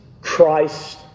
Christ